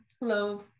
Hello